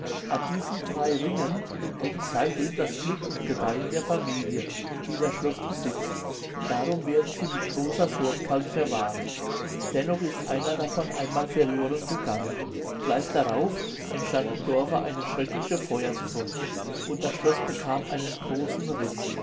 an diesen drei ringen hängt seitdem das glück und gedeihen der familie die das schloß besitzt darum wurden sie mit großer sorgfalt verwahrt dennoch ist einer davon einmal verloren gegangen gleich darauf entstand im dorfe eine schreckliche feuersbrunst und das schloß bekam einen großen riß